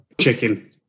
Chicken